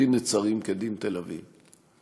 דין נצרים כדין תל אביב.